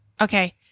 Okay